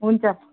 हुन्छ